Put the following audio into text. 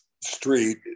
street